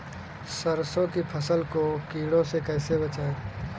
सरसों की फसल को कीड़ों से कैसे बचाएँ?